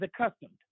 accustomed